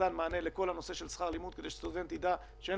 מתן מענה לכל הנושא של שכר לימוד כדי שסטודנט ידע שאין